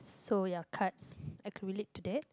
so your cards I could relate to that